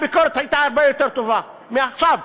הביקורת הייתה הרבה יותר טובה מאשר עכשיו,